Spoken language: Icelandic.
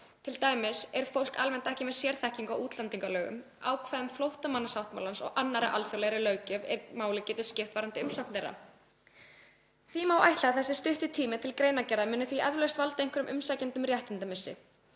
t.d. er fólk almennt ekki með sérþekkingu á útlendingalögum, ákvæðum flóttamannasáttmálans og annarri alþjóðlegri löggjöf er máli getur skipt varðandi umsókn þeirra. Því má ætla að þessi stutti tími til greinargerðar muni eflaust valda einhverjum umsækjendum réttindamissi.